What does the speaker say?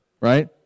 Right